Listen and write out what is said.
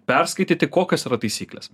perskaityti kokios yra taisyklės